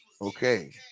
Okay